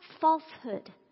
falsehood